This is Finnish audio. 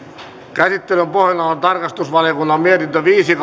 käsittelyn pohjana on tarkastusvaliokunnan mietintö viisi